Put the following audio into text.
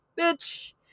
bitch